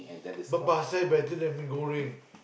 but but pasta better than mee-goreng